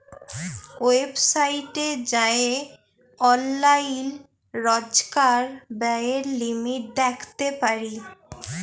ওয়েবসাইটে যাঁয়ে অললাইল রজকার ব্যয়ের লিমিট দ্যাখতে পারি